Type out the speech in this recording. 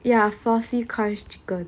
ya flossy crunch chicken